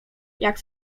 jak